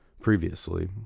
previously